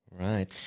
Right